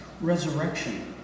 resurrection